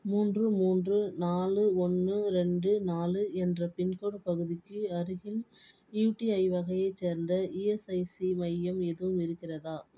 மூன்று மூன்று நாலு ஒன்று ரெண்டு நாலு என்ற பின்கோடு பகுதிக்கு அருகில் யூடிஐ வகையை சேர்ந்த இஎஸ்ஐசி மையம் எதுவும் இருக்கிறதா